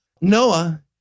Noah